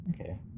Okay